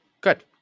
Good